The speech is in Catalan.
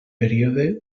període